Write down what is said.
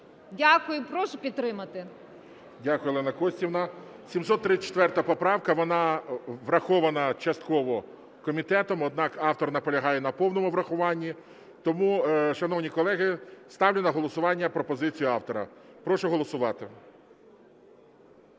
Дякую. І прошу підтримати. ГОЛОВУЮЧИЙ. Дякую, Олена Костівна. 734 поправка, вона врахована частково комітетом. Однак автор наполягає на повному врахуванні. Тому, шановні колеги, ставлю на голосування пропозицію автора. Прошу голосувати.